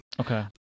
Okay